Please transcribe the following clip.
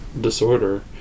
disorder